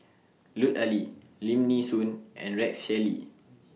Lut Ali Lim Nee Soon and Rex Shelley